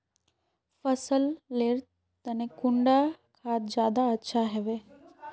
फसल लेर तने कुंडा खाद ज्यादा अच्छा हेवै?